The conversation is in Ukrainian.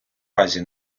разі